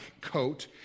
coat